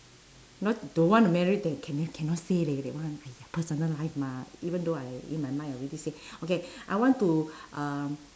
not don't want to marry eh cannot cannot say leh that one !aiya! personal life mah even though I in my mind already say okay I want to um